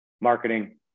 marketing